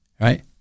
Right